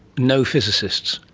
no physicists?